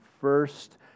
first